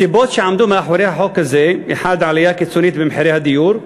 הסיבות שעמדו מאחורי החוק הזה: 1. עלייה קיצונית במחירי הדיור,